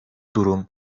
durum